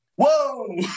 whoa